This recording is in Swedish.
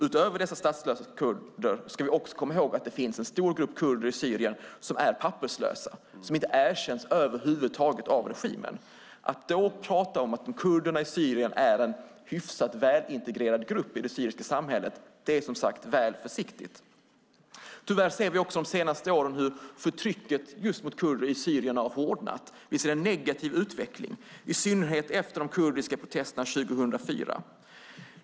Utöver dessa statslösa kurder finns det också många kurder i Syrien som är papperslösa och över huvud taget inte erkänns av regimen. Att då tala om att kurderna i Syrien är en hyfsat välintegrerad grupp i det syriska samhället är som sagt väl försiktigt. Under de senaste åren har förtrycket mot kurderna i Syrien hårdnat. Vi ser en negativ utveckling, i synnerhet efter de kurdiska protesterna 2004.